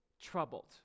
troubled